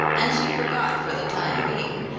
and she forgot for the time being,